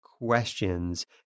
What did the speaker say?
questions